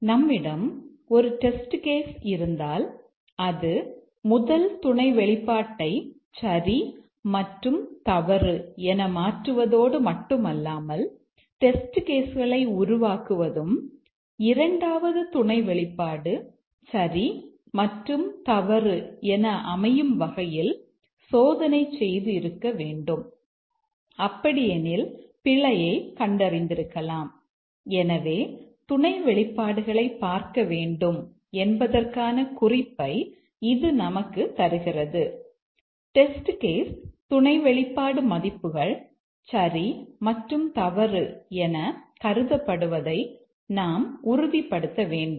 நம்மிடம் ஒரு test case துணை வெளிப்பாடு மதிப்புகள் சரி மற்றும் தவறு என கருதப்படுவதை நாம் உறுதிப்படுத்த வேண்டும்